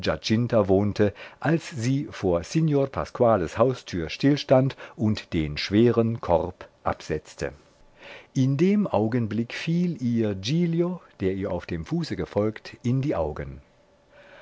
wohnte als sie vor signor pasquales haustür stillstand und den schweren korb absetzte in dem augenblick fiel ihr giglio der ihr auf dem fuße gefolgt in die augen